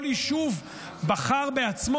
וכל יישוב בחר בעצמו,